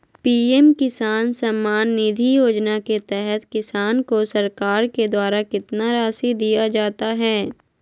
PM Kisan Samman Nidhi Yojana के तहत किसान को सरकार के द्वारा कितना रासि दिया जाता है?